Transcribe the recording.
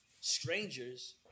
Strangers